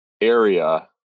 area